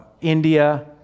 India